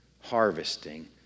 harvesting